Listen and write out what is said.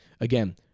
Again